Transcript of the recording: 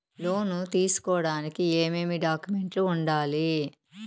లోను తీసుకోడానికి ఏమేమి డాక్యుమెంట్లు ఉండాలి